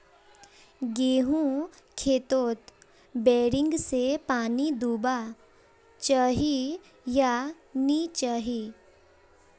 गेँहूर खेतोत बोरिंग से पानी दुबा चही या नी चही?